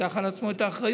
שייקח על עצמו את האחריות.